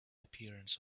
appearance